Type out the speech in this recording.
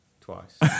twice